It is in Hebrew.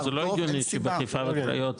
לא, זה לא הגיוני שבחיפה ובקריות.